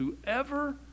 whoever